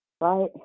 right